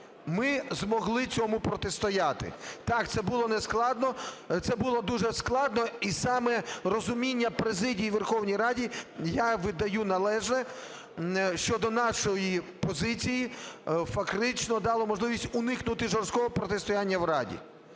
Ми змогли цьому протистояти. Так, це було не складно… це було дуже складно, і саме розумінню президії Верховної Ради я віддаю належне щодо нашої позиції фактично дало можливість уникнути жорсткого протистояння в Раді.